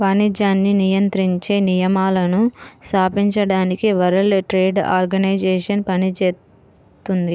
వాణిజ్యాన్ని నియంత్రించే నియమాలను స్థాపించడానికి వరల్డ్ ట్రేడ్ ఆర్గనైజేషన్ పనిచేత్తుంది